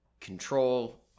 control